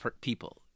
people